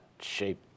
shape